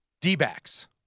D-backs